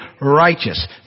righteous